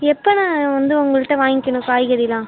எப்போ நான் வந்து உங்ககிட்ட வாங்கிக்கணும் காய்கறிலாம்